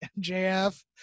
MJF